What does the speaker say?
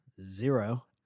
zero